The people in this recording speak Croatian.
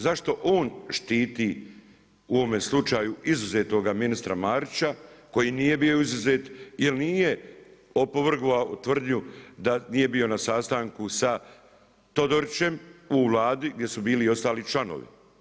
Zašto on štiti u ovome slučaju, izuzetnoga ministra Marića, koji nije bio izuzet jer nije opovrgao tvrdnju da nije bio na sastanku sa Todorićem u Vladi gdje su bili i ostali članovi.